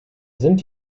sind